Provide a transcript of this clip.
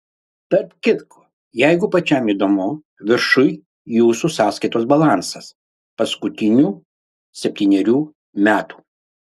tarp kitko jeigu pačiam įdomu viršuj jūsų sąskaitos balansas paskutinių septynerių metų